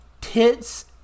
tits